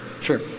sure